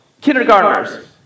kindergartners